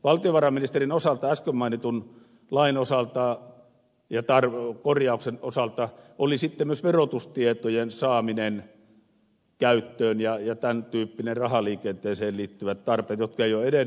valtiovarainministerin osalta äsken mainitun lain osalta ja korjauksen osalta tärkeitä olivat sitten myös verotustietojen saaminen käyttöön ja tämäntyyppiset rahaliikenteeseen liittyvät tarpeet jotka eivät ole edenneet